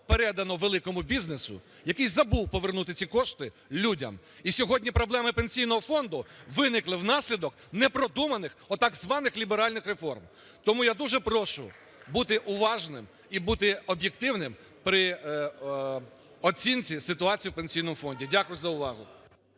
передано великому бізнесу, який забув повернути ці кошти людям. І сьогодні проблеми Пенсійного фонду виникли внаслідок непродуманих так званих ліберальних реформ. Тому я дуже прошу бути уважним і бути об'єктивним при оцінці ситуації в Пенсійному фонді. Дякую за увагу.